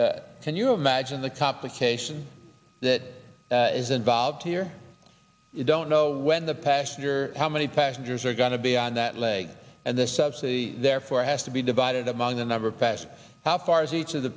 taxpayers can you imagine the complication that is involved here you don't know when the passenger how many passengers are going to be on that leg and the subsidy therefore has to be divided among the number of passes how far as each of the